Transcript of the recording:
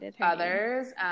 others